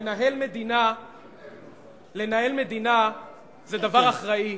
לנהל מדינה זה דבר אחראי,